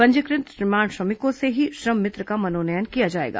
पंजीकृत निर्माण श्रमिकों से ही श्रम मित्र का मनोनयन किया जाएगा